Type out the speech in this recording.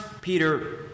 Peter